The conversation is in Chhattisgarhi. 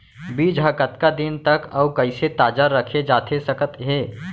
बीज ह कतका दिन तक अऊ कइसे ताजा रखे जाथे सकत हे?